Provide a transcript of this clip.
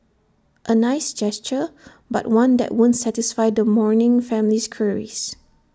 A nice gesture but one that won't satisfy the mourning family's queries